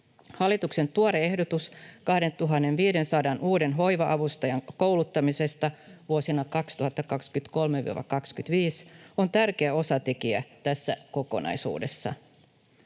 Hallituksen tuore ehdotus 2 500 uuden hoiva-avustajan kouluttamisesta vuosina 2023—2025 on tärkeä osatekijä tässä kokonaisuudessa.